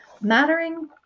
mattering